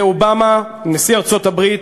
לאובמה, נשיא ארצות-הברית,